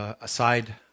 aside